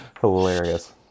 Hilarious